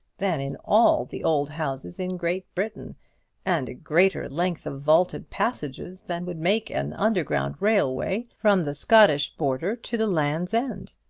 than in all the old houses in great britain and a greater length of vaulted passages than would make an underground railway from the scottish border to the land's end.